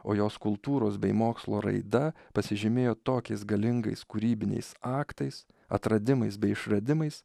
o jos kultūros bei mokslo raida pasižymėjo tokiais galingais kūrybiniais aktais atradimais bei išradimais